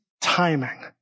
timing